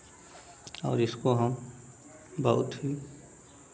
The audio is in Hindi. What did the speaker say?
और इसको हम बहुत ही